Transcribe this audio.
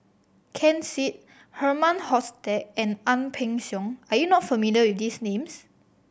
Ken Seet Herman Hochstadt and Ang Peng Siong are you not familiar with these names